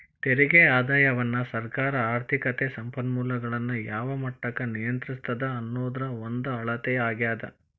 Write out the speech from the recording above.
ತೆರಿಗೆ ಆದಾಯವನ್ನ ಸರ್ಕಾರ ಆರ್ಥಿಕತೆ ಸಂಪನ್ಮೂಲಗಳನ್ನ ಯಾವ ಮಟ್ಟಕ್ಕ ನಿಯಂತ್ರಿಸ್ತದ ಅನ್ನೋದ್ರ ಒಂದ ಅಳತೆ ಆಗ್ಯಾದ